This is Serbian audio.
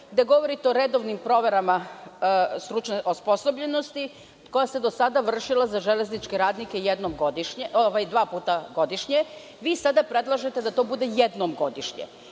gde govorite o redovnim proverama stručne osposobljenosti koja se do sada vršila za železničke radnike dva puta godišnje. Sada predlažete da to bude jednom godišnje.